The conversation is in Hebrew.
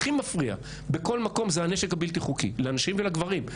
הכי מפריע בכל מקום זה הנשק הבלתי חוקי לאנשים ולגברים,